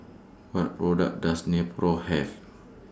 What products Does Nepro Have